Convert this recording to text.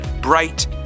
bright